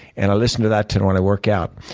and i'll listen to that when i work out.